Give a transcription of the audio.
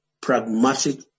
pragmatic